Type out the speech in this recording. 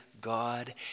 God